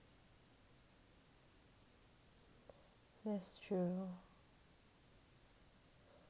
that's true